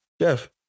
Jeff